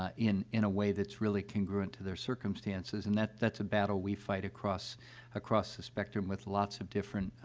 ah in in a way that's really congruent to their circumstances, and that that's a battle we fight across across the spectrum with lots of different,